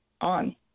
on